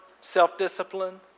self-discipline